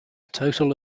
total